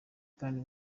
kandi